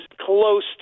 close